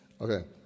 Okay